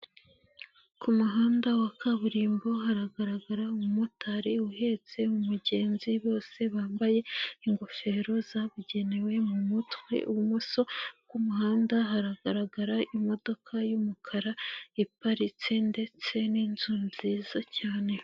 Ku muhanda wa kaburimbo, haragaragara umumotari uhetse mugenzi, bose bambaye ingofero zabigenewe mu mutwe, ibumoso bw'umuhanda haragaragara imodoka y'umukara iparitse ndetse n'inzu nziza cyane.